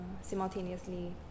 simultaneously